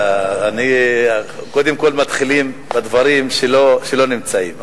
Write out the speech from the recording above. קודם כול מתחילים בדברים שלא נמצאים,